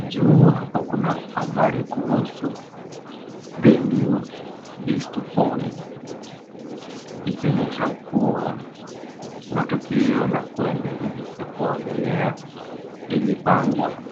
Juu hapo kuna habari kuhusu venue disposal ikionyesha kuwa kuna tukio la kuogelea lilipangwa.